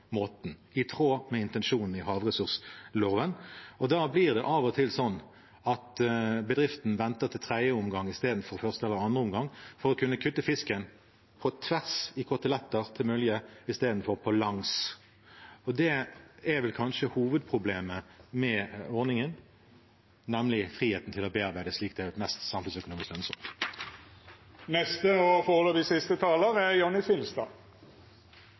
i tråd med intensjonene i havressursloven. Da blir det av og til slik at bedriften venter til tredje omgang, i stedet for første eller andre omgang, for å kunne kutte fisken på tvers – i koteletter, til mølje – i stedet for på langs. Det er vel kanskje hovedproblemet med ordningen, nemlig friheten til å bearbeide slik det er mest samfunnsøkonomisk